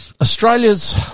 Australia's